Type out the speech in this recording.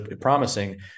promising